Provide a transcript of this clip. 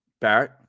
Barrett